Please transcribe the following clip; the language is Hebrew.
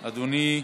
תודה רבה, אדוני.